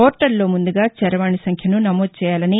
పోర్లల్లో ముందుగా చరవాణి సంఖ్యను నమోదు చేయాలని